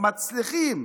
מצליחים.